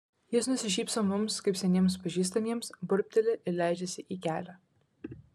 jis nusišypso mums kaip seniems pažįstamiems burbteli ir leidžiasi į kelią